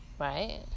Right